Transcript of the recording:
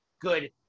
good